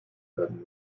werden